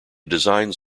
designs